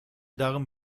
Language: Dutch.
darm